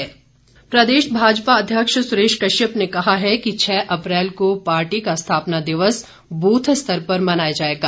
सुरेश कश्यप भाजपा अध्यक्ष सुरेश कश्यप ने कहा है कि छः अप्रैल को पार्टी का स्थापना दिवस बूथ स्तर पर मनाया जाएगा